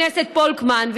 חבר הכנסת פולקמן,